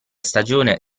stagione